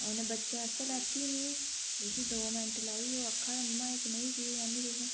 उनें बच्चें आस्तै लैती में मिगी दो मैंट्ट लाई ओह् आक्खा दा मम्मां एह् कनेही चीज़ आह्नी तुसें